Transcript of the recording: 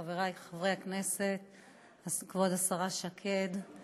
חברי חברי הכנסת, כבוד השרה שקד,